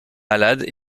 malades